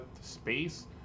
space